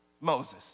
Moses